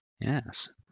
yes